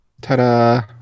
ta-da